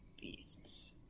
beasts